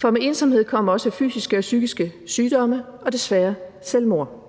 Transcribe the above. for med ensomhed kommer også fysiske og psykiske sygdomme og desværre selvmord.